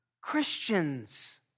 Christians